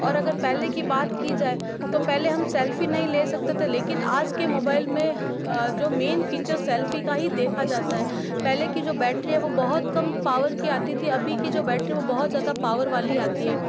और अगर पहले की बात की जाए तो पहले हम सेल्फी नहीं ले सकते थे लेकिन आज के मोबाइल में जो मेन फ़ीचर सेल्फी का ही देखा जाता है पहले की जो बैटरी है वह बहुत कम पावर की आती थी अभी की जो बैटरी है वह बहुत ज़्यादा पावर वाली आती है